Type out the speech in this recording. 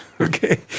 Okay